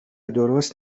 درست